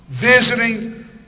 visiting